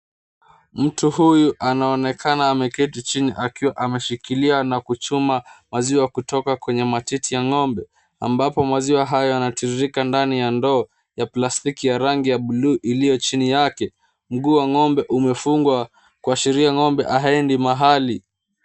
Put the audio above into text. Mtu huyu anaonekana akiwa ameketi huku ameshikilia na kuchuma maziwa kutoka kwenye matiti ya ngombe ambapo maziwa hayo yanatirirka ndani ya ndoo ya plastiki ya rangi ya bluu ilio chini yake. Mguu wa ngumbe umefungwa kuashiria kuwa ngombe haendi mahali.